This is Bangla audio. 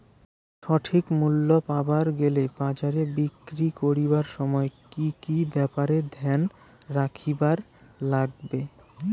সঠিক মূল্য পাবার গেলে বাজারে বিক্রি করিবার সময় কি কি ব্যাপার এ ধ্যান রাখিবার লাগবে?